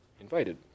invited